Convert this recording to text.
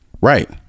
Right